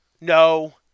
no